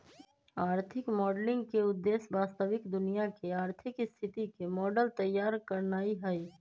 आर्थिक मॉडलिंग के उद्देश्य वास्तविक दुनिया के आर्थिक स्थिति के मॉडल तइयार करनाइ हइ